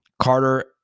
Carter